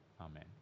amen